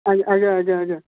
ଆଜ୍ଞା ଆଜ୍ଞା ଆଜ୍ଞା ଆଜ୍ଞା